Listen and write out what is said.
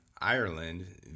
ireland